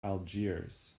algiers